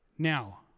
Now